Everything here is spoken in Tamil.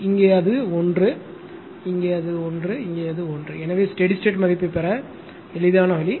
இங்கே அது 1 அது 1 இது 1 எனவே ஸ்டெடி ஸ்டேட் மதிப்பைப் பெற எளிதான வழி